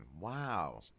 Wow